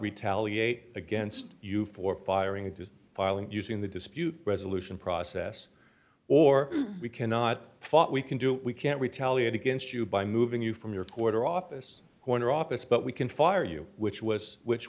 retaliate against you for firing to file and using the dispute resolution process or we cannot fault we can do we can't retaliate against you by moving you from your corner office corner office but we can fire you which was which